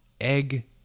egg